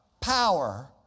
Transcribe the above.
Power